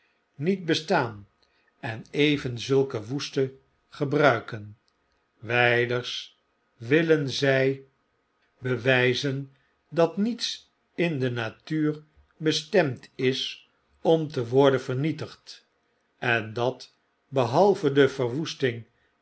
niet bestaan en even zulke woeste gebruiken wjjders willen zij be wflzen dat niets in de natuur bestemd is om te iwrden vernietigd en dat behalve de verwoesting